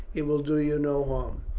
it will do you no harm.